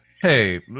Hey